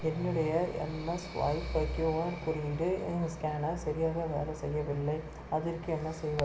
என்னுடைய MS swipe QR குறியீட்டு scanner சரியாக வேலை செய்யவில்லை அதற்கு என்ன செய்வது